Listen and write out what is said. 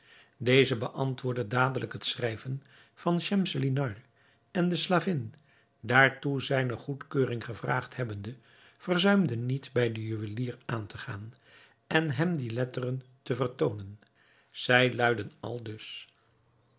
deze beantwoordde dadelijk het schrijven van schemselnihar en de slavin daartoe zijne goedkeuring gevraagd hebbende verzuimde niet bij den juwelier aan te gaan en hem die letteren te vertoonen zij luidden aldus